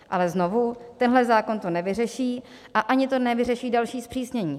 Ale znovu, tenhle zákon to nevyřeší a ani to nevyřeší další zpřísnění.